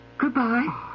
Goodbye